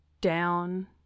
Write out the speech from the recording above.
down